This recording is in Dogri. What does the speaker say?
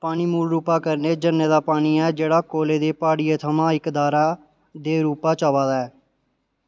पानी मूल रूपा कन्नै झरने दा पानी ऐ जेह्ड़ा कोलै दियें प्हाड़ियें थमां इक धारा दे रूपा च आवा दा ऐ